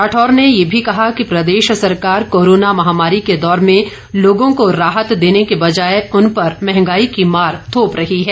राठौर ने ये भी कहा कि प्रदेश सरकार कोरोना महामारी के दौर में लोगों को राहत देने के बजाए उन पर महंगाई की मार थोप रही है